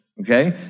okay